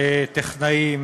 טכנאים,